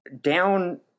down